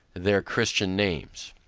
their christian names.